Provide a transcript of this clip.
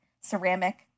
ceramic